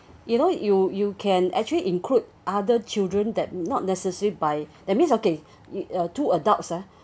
you know you you can actually include other children that not necessary by that means okay you uh two adults ah